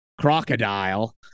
crocodile